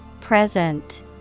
Present